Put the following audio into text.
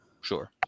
Sure